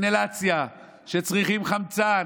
אינהלציה, שצריכים חמצן,